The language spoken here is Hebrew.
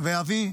ואבי,